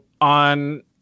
on